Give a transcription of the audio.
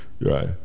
Right